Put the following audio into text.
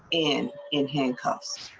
and in handcuffs.